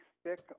stick